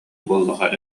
буоллаҕа